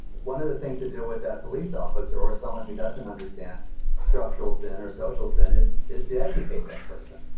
one of the things that deal with that police officer or someone who doesn't understand structural center or social centers is to educate that person.